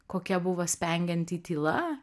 kokia buvo spengianti tyla